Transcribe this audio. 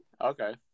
Okay